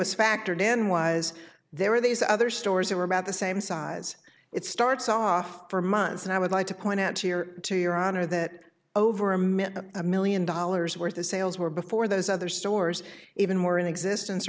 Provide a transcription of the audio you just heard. was factored in was there were these other stores that were about the same size it starts off for months and i would like to point out here to your honor that over a myth of a million dollars worth of sales were before those other stores even more in existence